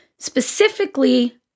Specifically